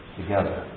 together